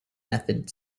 method